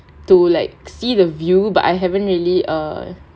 to like see the view but I haven't really err